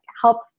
help